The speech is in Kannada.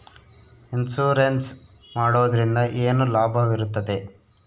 ಇನ್ಸೂರೆನ್ಸ್ ಮಾಡೋದ್ರಿಂದ ಏನು ಲಾಭವಿರುತ್ತದೆ?